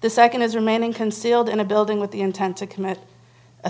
the second is remaining concealed in a building with the intent to commit a